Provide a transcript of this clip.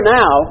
now